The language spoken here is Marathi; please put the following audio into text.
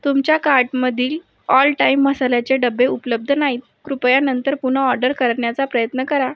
तुमच्या कार्टमधील ऑल टाइम मसाल्याचे डबे उपलब्ध नाहीत कृपया नंतर पुन्हा ऑर्डर करण्याचा प्रयत्न करा